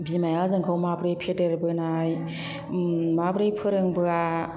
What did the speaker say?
बिमाया जोंखौ माबोरै फेदेरबोनाय माबोरै फोरोंबोआ